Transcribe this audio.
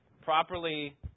properly